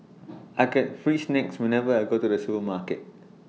I get free snacks whenever I go to the supermarket